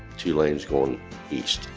two lanes going east.